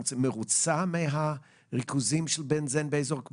את מרוצה מריכוזי הבנזן באזור?